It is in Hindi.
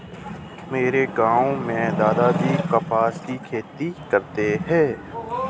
मेरे गांव में दादाजी कपास की खेती करते हैं